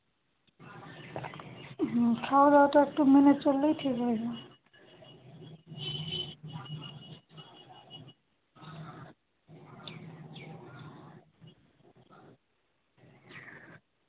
হুম খাওয়া দাওয়াটা একটু মেনে চললেই ঠিক হয়ে যাবে